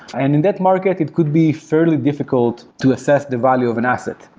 and in that market, it could be fairly difficult to assess the value of an asset.